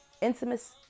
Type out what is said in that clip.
intimate